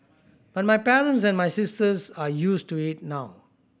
but my parents and my sisters are used to it now